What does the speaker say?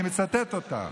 אני מצטט אותה.